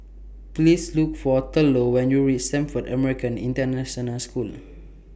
Please Look For Thurlow when YOU REACH Stamford American International School